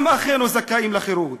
גם אחינו זכאים לחירות.